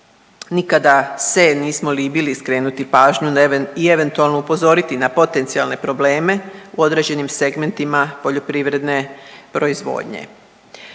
Nikada se nismo libili skrenuti pažnju i eventualno upozoriti na potencijalne probleme u određenim segmentima poljoprivredne proizvodnje.